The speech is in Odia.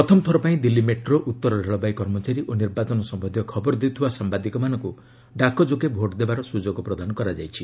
ପ୍ରଥମ ଥରପାଇଁ ଦିଲ୍ଲୀ ମେଟ୍ରୋ ଉତ୍ତର ରେଳବାଇ କର୍ମଚାରୀ ଓ ନିର୍ବାଚନ ସମ୍ଭନ୍ଧୀୟ ଖବର ଦେଉଥିବା ସାମ୍ଭାଦିକମାନଙ୍କୁ ଡାକ ଯୋଗେ ଭୋଟ ଦେବାର ସୁଯୋଗ ପ୍ରଦାନ କରାଯାଇଛି